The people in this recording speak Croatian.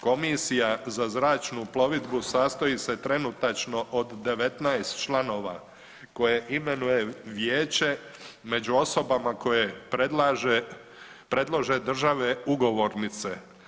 Komisija za zračnu plovidbu sastoji se trenutačno od 19 članova koje imenuje vijeće među osobama koje predlože države ugovornice.